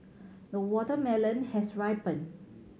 the watermelon has ripened